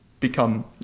become